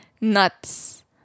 nuts